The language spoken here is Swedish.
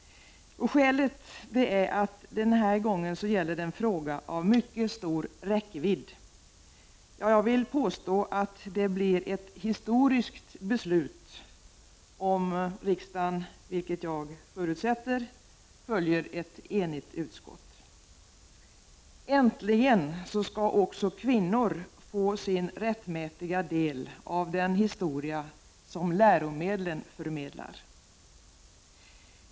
Skälet är att det denna gången gäller en fråga av mycket stor räckvidd — ja, jag vill påstå att det blir ett historiskt beslut, om riksdagen, vilket jag förutsätter, följer ett enigt utskott. Äntligen skall också kvinnor få sin rättmätiga del av den historia som läromedlen förmedlar.